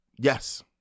Yes